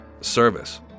service